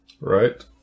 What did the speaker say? right